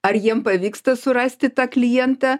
ar jiems pavyksta surasti tą klientą